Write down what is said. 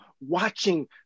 watching